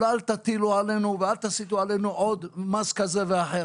אל תטילו עלינו ועל תשיתו עלינו עוד מס כזה ואחר.